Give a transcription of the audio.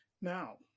Now